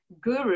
guru